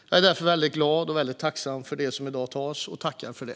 Jag är därför glad och tacksam för det beslut som i dag tas och tackar för det.